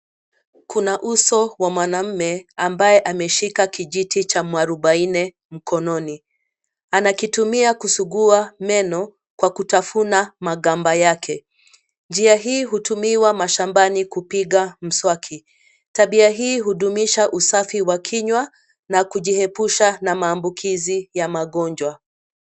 Kuna uso wa mwanaume ambaye ameshika kijiti cha mwarubaine mkononi. Anakitumia kusugua meno kwa kutafuna magamba yake. Njia hii hutumiwa mashambani kupiga mswaki. Tabia hii hudumisha usafi wa kinywa na kujiepusha na maambukizi ya magonjwa.